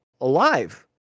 alive